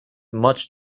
much